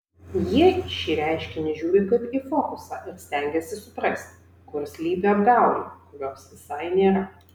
jie į šį reiškinį žiūri kaip į fokusą ir stengiasi suprasti kur slypi apgaulė kurios visai nėra